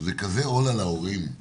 זה כזה עול על ההורים,